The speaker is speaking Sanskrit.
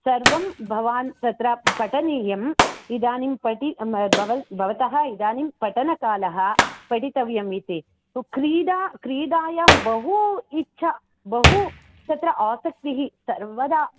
सर्वं भवान् तत्र पठनीयम् इदानीं पठि बव् भवतः इदानीं पठनकालः पठितव्यम् इति क्रीडा क्रीडायां बहु इच्छा बहु तत्र आसक्तिः सर्वदा